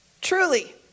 Truly